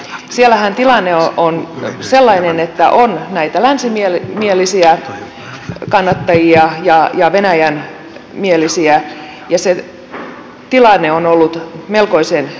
siellähän tilanne on sellainen että on näitä länsimielisiä kannattajia ja venäjän mielisiä ja se tilanne on ollut melkoisen tiukka